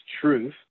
truth